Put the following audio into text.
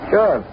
Sure